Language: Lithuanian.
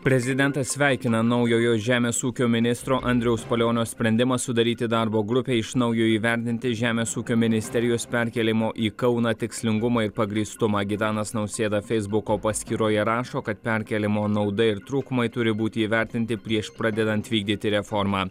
prezidentas sveikina naujojo žemės ūkio ministro andriaus palionio sprendimą sudaryti darbo grupę iš naujo įvertinti žemės ūkio ministerijos perkėlimo į kauną tikslingumą ir pagrįstumą gitanas nausėda feisbuko paskyroje rašo kad perkėlimo nauda ir trūkumai turi būti įvertinti prieš pradedant vykdyti reformą